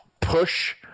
push